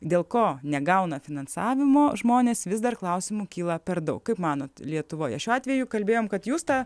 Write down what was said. dėl ko negauna finansavimo žmonės vis dar klausimų kyla per daug kaip manote lietuvoje šiuo atveju kalbėjom kad jūs tą